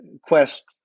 quest